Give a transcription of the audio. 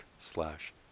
slash